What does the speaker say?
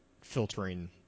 filtering